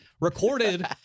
Recorded